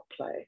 play